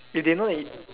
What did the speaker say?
if they know that you